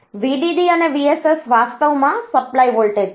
VDD અને VSS વાસ્તવમાં supply voltage છે